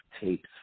tapes